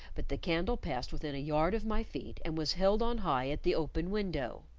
but the candle passed within a yard of my feet, and was held on high at the open window.